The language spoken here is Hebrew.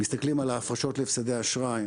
מסתכלים על ההפרשות להפסדי אשראי.